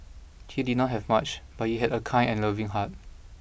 he did not have much but he had a kind and loving heart